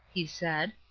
he said.